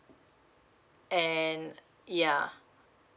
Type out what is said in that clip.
and yeah